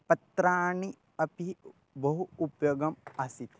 पत्राणि अपि बहु उपयोगम् आसीत्